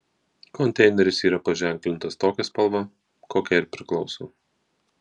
konteineris yra paženklintas tokia spalva kokia ir priklauso